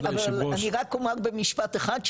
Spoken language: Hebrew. אבל אני רק אומר במשפט אחד,